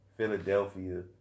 Philadelphia